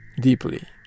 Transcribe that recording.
deeply